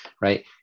right